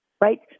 right